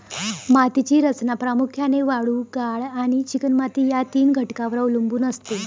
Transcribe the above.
मातीची रचना प्रामुख्याने वाळू, गाळ आणि चिकणमाती या तीन घटकांवर अवलंबून असते